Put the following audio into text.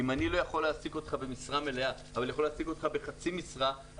אם אני לא יכול להעסיק אותך במשרה מלאה אבל יכול להעסיק אותך בחצי משרה,